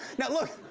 now look,